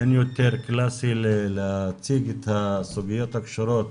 אין יותר קלאסי להציג את הסוגיות הקשורות